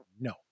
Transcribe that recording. No